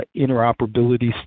interoperability